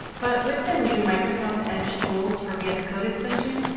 but with the new microsoft edge tools for vs code extension,